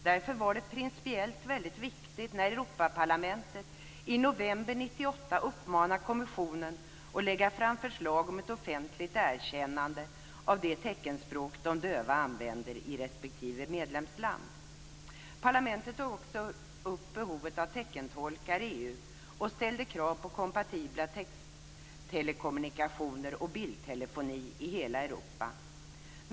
Därför var det principiellt väldigt viktigt när Europaparlamentet i november 1998 uppmanade kommissionen att lägga fram förslag om ett offentligt erkännande av det teckenspråk som de döva använder i respektive medlemsland. Parlamentet tar också upp behovet av teckentolkar i EU och ställer krav på kompatibla texttelekommunikationer och bildtelefoni i hela Europa.